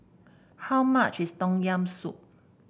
how much is Tom Yam Soup